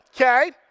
Okay